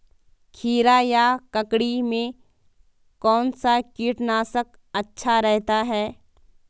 खीरा या ककड़ी में कौन सा कीटनाशक अच्छा रहता है?